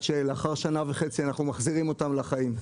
שלאחר שנה וחצי אנחנו מחזירים אותם לחיים.